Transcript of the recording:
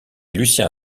lucien